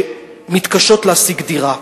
שמתקשות להשיג דירה.